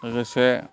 लोगोसे